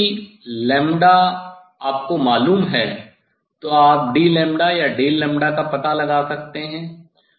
और यदि आपको मालूम है तो आप d या का पता लगा सकते हैं